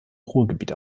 ruhrgebiet